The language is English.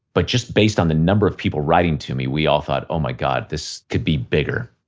but just based on the number of people writing to me, we all thought, oh my god, this could be bigger.